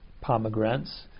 pomegranates